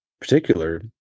particular